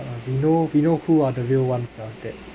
we know we know who are the real ones ah that